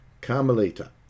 carmelita